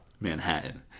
Manhattan